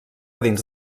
dins